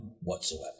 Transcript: whatsoever